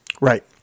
Right